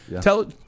tell